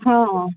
ହଁ